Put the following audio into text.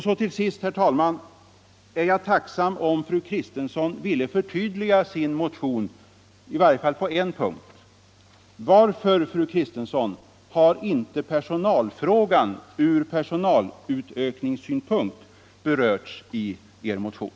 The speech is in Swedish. Så, till sist, herr talman, är jag tacksam om fru Kristensson ville förtydliga sin motion i varje fall på en punkt: Varför, fru Kristensson, har inte personalfrågan ur personalutökningssynpunkt berörts i Er motion?